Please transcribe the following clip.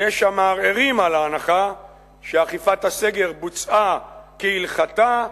יש המערערים על ההנחה שאכיפת הסגר בוצעה כהלכתה,